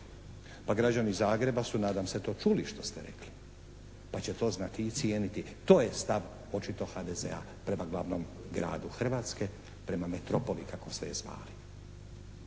Pa građani Zagreba su nadam se to čuli što ste rekli pa će to znati i cijeniti. To je stav očito HDZ-a prema glavnom gradu Hrvatske, prema metropoli kako ste je zvali.